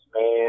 man